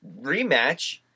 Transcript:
rematch